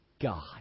God